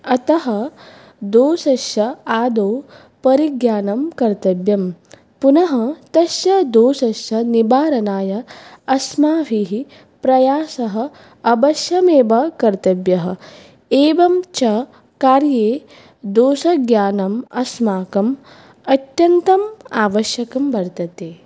अतः दोषस्य आदौ परिज्ञानं कर्तव्यं पुनः तस्य दोषस्य निवारणाय अस्माभिः प्रयासः अवश्यमेव कर्तव्यः एवं च कार्ये दोषज्ञानं अस्माकं अत्यन्तं आवश्यकं वर्तते